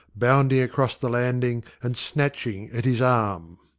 bounding across the landing, and snatching at his arm.